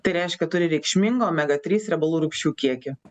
tai reiškia turi reikšmingą omega trys riebalų rūgščių kiekį